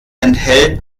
enthält